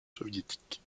soviétique